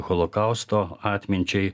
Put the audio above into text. holokausto atminčiai